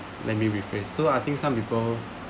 let me rephrase so I think some people